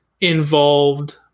involved